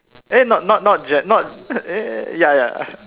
eh not not not ge~ eh eh ya ya